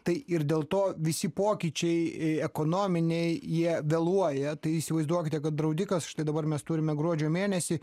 tai ir dėl to visi pokyčiai ekonominiai jie vėluoja tai įsivaizduokite kad draudikas štai dabar mes turime gruodžio mėnesį